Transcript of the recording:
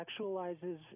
sexualizes